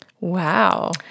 Wow